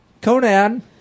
Conan